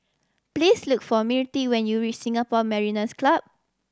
please look for Mirtie when you reach Singapore Mariners' Club